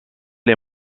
les